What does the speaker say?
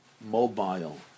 mobile